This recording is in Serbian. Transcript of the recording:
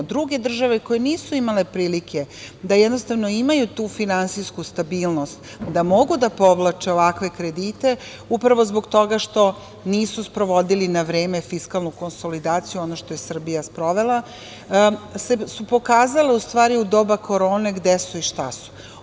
Druge države koje nisu imale prilike da jednostavno imaju tu finansijsku stabilnost da mogu da povlače ovakve kredite upravo zbog toga što nisu sprovodili na vreme fiskalnu konsolidaciju, ono što je Srbija sprovela, su pokazale u stvari u doba korone gde su i šta su.